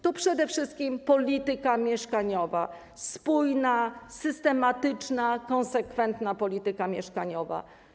To przede wszystkim polityka mieszkaniowa - spójna, systematyczna, konsekwentna polityka mieszkaniowa.